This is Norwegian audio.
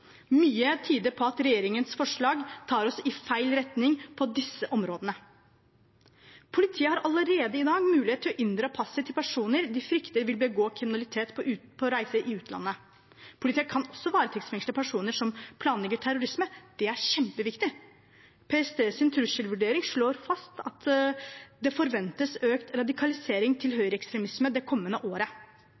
Mye tyder på at regjeringens forslag tar oss i feil retning på disse områdene. Politiet har allerede i dag mulighet til å inndra passet til personer de frykter vil begå kriminalitet på reise i utlandet. Politiet kan også varetektsfengsle personer som planlegger terrorisme. Det er kjempeviktig. PSTs trusselvurdering slår fast at det forventes økt radikalisering til høyreekstremisme det kommende året.